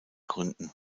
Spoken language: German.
gründen